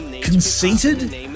conceited